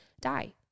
die